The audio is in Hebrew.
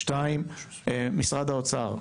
שתיים, משרד האוצר,